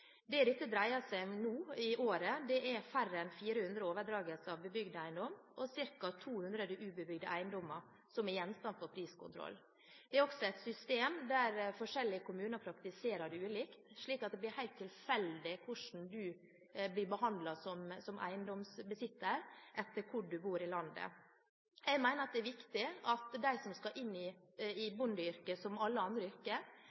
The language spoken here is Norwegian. Det det dreier seg om nå i året, er færre enn 400 overdragelser av bebygd eiendom og ca. 200 ubebygde eiendommer som er gjenstand for priskontroll. Vi har også et system der forskjellige kommuner praktiserer ulikt, slik at det blir helt tilfeldig hvordan man blir behandlet som eiendomsbesitter, etter hvor man bor i landet. Jeg mener at det er viktig at de som skal inn i bondeyrket, som i alle andre yrker,